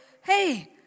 hey